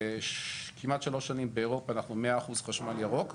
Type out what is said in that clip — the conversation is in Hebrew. וכמעט שלוש שנים באירופה ב-100% חשמל ירוק.